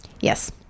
Yes